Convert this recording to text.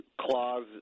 clause